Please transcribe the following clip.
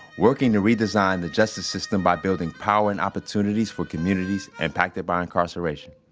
working to redesign the justice system by building power and opportunity for communities impacted by incarceration